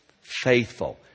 faithful